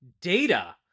Data